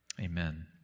Amen